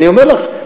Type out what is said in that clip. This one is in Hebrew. אני אומר לך,